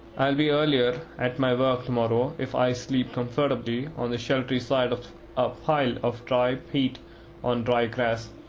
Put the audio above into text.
i'll be earlier at my work to-morrow if i sleep comfortably on the sheltry side of a pile of dry peat on dry grass,